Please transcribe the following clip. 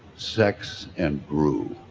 sex and gru.